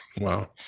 Wow